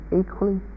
equally